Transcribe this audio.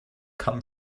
come